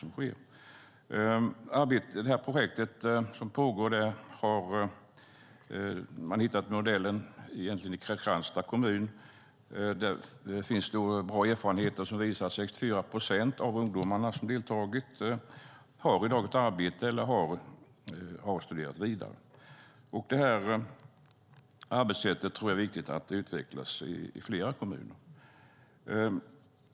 Man har hittat modellen till projektet i Kristianstads kommun. Där finns bra erfarenheter som visar att 64 procent av de ungdomar som har deltagit i dag har ett arbete eller studerar vidare. Jag tror att det är viktigt att detta arbetssätt utvecklas i flera kommuner.